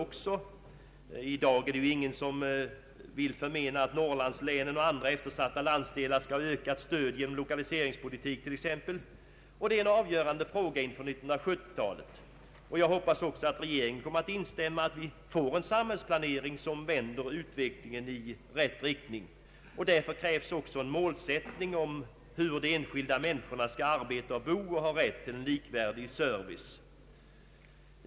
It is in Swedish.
I dag vill ju ingen förmena Norrlandslänen och andra eftersatta landsdelar ökat stöd genom lokaliseringspolitiken t.ex. Detta är en avgörande fråga inför 1970-talet, och jag hoppas också att regeringen vill medverka till att vi får en samhällsplanering som vänder utvecklingen i rätt riktning. Detta kräver en målsättning för hur de enskilda människorna skall arbeta och bo och hur de skall få en likvärdig service.